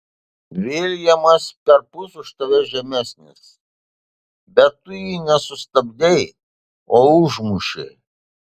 viljamas perpus už tave žemesnis bet tu jį ne sustabdei o užmušei